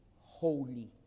holy